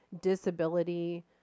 disability